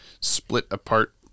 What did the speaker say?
split-apart